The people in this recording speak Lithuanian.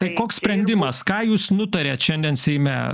tai koks sprendimas ką jūs nutarėt šiandien seime